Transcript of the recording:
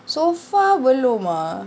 so far belum ah